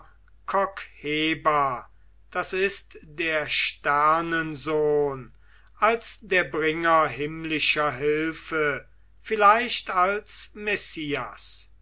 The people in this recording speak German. das ist der sternensohn als der bringer himmlischer hilfe vielleicht als messias